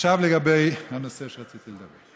עכשיו לגבי הנושא שרציתי לדבר עליו,